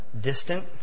distant